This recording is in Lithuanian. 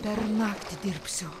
per naktį dirbsiu